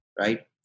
Right